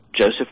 Joseph